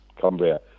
Cumbria